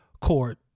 court